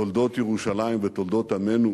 תולדות ירושלים ותולדות עמנו,